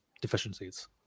deficiencies